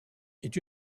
est